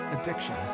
addiction